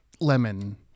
lemon